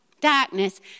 darkness